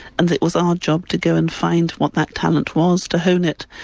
and it was our job to go and find what that talent was, to hone it,